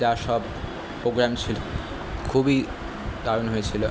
যা সব পোগ্রাম ছিলো খুবই দারুণ হয়েছিলো